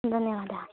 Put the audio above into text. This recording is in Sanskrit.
धन्यवादः